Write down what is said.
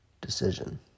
decision